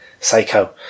Psycho